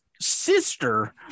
sister